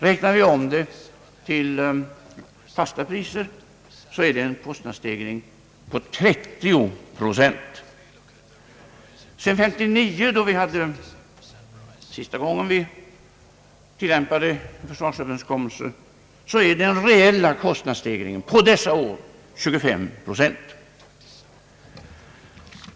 Räknar vi om det till fasta priser så är det en kostnadsstegring på 30 procent. Sedan 1959, som var sista gången vi träffade en stor försvarsöverenskommelse, är den reella kostnadsstegringen 25 procent.